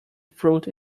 fruit